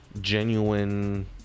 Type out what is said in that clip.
genuine